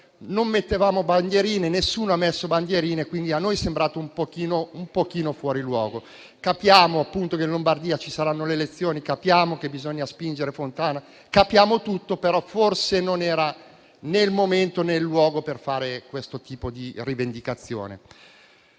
non mettevamo bandierine, nessuno lo ha fatto, per cui a noi è sembrato un po' fuori luogo. Capiamo che in Lombardia ci saranno le elezioni; capiamo che bisogna spingere Fontana; capiamo tutto, ma, forse, non era né il momento né il luogo per fare questo tipo di rivendicazione.